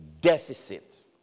deficit